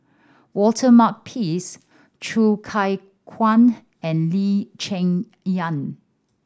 Walter Makepeace Choo Keng Kwang and Lee Cheng Yan